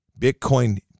Bitcoin